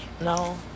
No